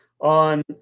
on